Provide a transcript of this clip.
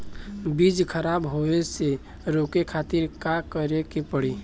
बीज खराब होए से रोके खातिर का करे के पड़ी?